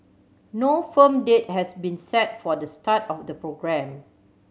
no firm date has been set for the start of the programme